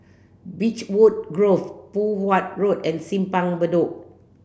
Beechwood Grove Poh Huat Road and Simpang Bedok